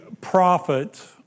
prophet